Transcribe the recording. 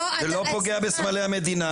זה לא פוגע בסמלי המדינה.